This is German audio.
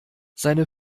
seine